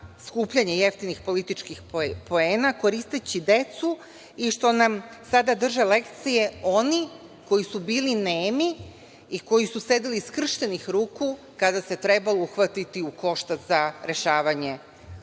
skupljanje jeftinih političkih poena koristeći decu i što nam sada drže lekcije oni koji su bili nemi i koji su sedeli skrštenih ruku kada se trebalo uhvatiti u koštac sa rešavanjem